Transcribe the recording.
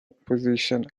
position